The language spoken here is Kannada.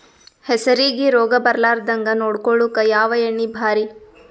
ಹೆಸರಿಗಿ ರೋಗ ಬರಲಾರದಂಗ ನೊಡಕೊಳುಕ ಯಾವ ಎಣ್ಣಿ ಭಾರಿ?